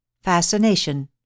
Fascination